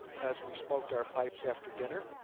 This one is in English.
as we smoked our pipes after dinner.